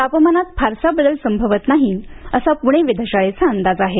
तापमानात फारसा बदल संभवत नाही असा पुणे वेधशाळेचा अंदाज आहे